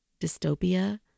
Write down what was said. dystopia